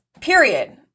Period